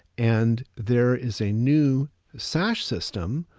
and there is a new sash system.